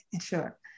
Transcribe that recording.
Sure